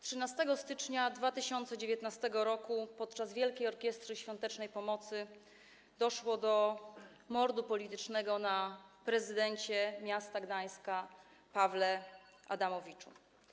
13 stycznia 2019 r. podczas Wielkiej Orkiestry Świątecznej Pomocy doszło do mordu politycznego na prezydencie miasta Gdańska Pawle Adamowiczu.